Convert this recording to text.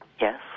yes